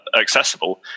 accessible